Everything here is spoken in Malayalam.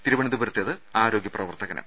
തിരുവനന്തപുരത്തേത് ആരോഗ്യപ്രവർത്തകനും